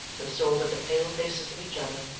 and saw but the pale faces of each other,